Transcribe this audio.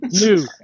New